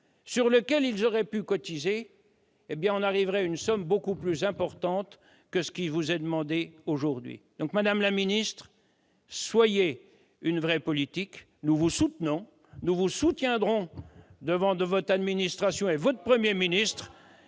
sur lequel ils auraient pu cotiser, on parviendrait à une somme bien plus importante que celle qui vous est demandée aujourd'hui. Madame la ministre, soyez une vraie politique ! Nous vous soutenons et vous soutiendrons face à votre administration et à votre Premier ministre,